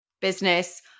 business